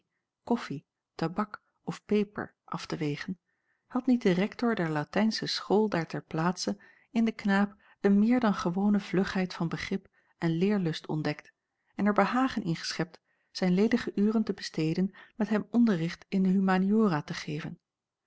koffie tabak of peper af te wegen had niet de rektor der latijnsche schole daar ter plaatse in den knaap een meer dan gewone vlugheid van begrip en leerlust ontdekt en er behagen in geschept zijn ledige uren te besteden met hem onderricht in de humaniora te geven